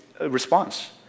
response